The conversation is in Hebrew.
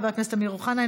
חבר הכנסת נגוסה,